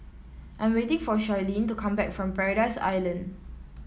I'm waiting for Charleen to come back from Paradise Island